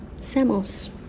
Samos